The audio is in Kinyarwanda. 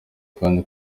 kandi